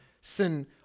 sin